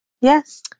Yes